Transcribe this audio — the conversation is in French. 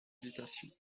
habitation